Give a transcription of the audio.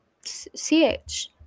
C-H